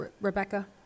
Rebecca